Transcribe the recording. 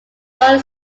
don